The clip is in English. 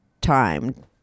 time